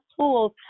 tools